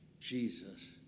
jesus